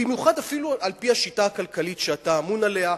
במיוחד אפילו על-פי השיטה הכלכלית שאתה אמון עליה.